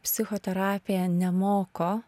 psichoterapija nemoko